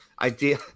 idea